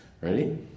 Ready